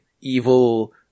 evil